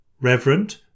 Reverend